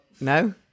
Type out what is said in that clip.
No